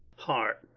heart!